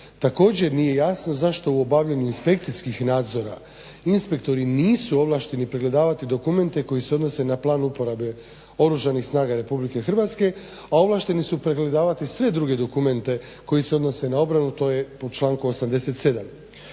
Također, nije jasno zašto u obavljanju inspekcijskih nadzora inspektori nisu ovlašteni pregledavati dokumente koji se odnose na plan uporabe Oružanih snaga RH, a ovlašteni su pregledavati sve druge dokumente koji se odnose na obranu, to je po članku 87.